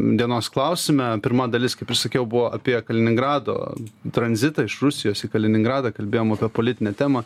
dienos klausime pirma dalis kaip ir sakiau buvo apie kaliningrado tranzitą iš rusijos į kaliningradą kalbėjom apie politinę temą